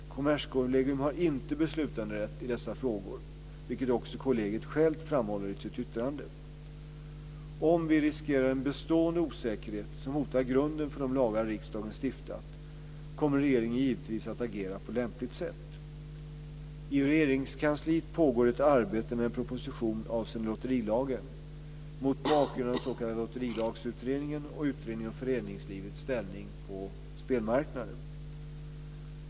Kommerskollegium har inte beslutanderätt i dessa frågor, vilket också kollegiet självt framhåller i sitt yttrande. Om vi riskerar en bestående osäkerhet som hotar grunden för de lagar riksdagen stiftat kommer regeringen givetvis att agera på lämpligt sätt. I Regeringskansliet pågår ett arbete med en proposition avseende lotterilagen mot bakgrund av den s.k. lotterilagsutredningen och utredningen om föreningslivets ställning på spelmarknaden.